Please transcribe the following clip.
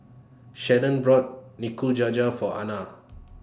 Sharon bought Nikujaga For Ana